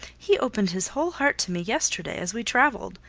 he opened his whole heart to me yesterday as we travelled.